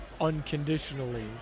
unconditionally